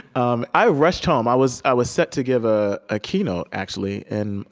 um i rushed home. i was i was set to give a ah keynote, actually, in